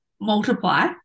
multiply